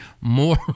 more